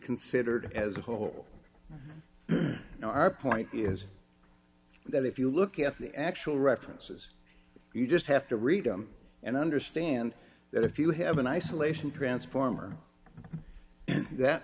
considered as a whole you know our point is that if you look at the actual references you just have to read them and understand that if you have an isolation transformer that